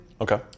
Okay